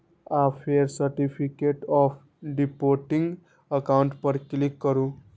आ फेर certificate of deposit account पर क्लिक करू